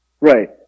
Right